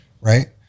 right